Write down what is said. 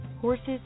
Horses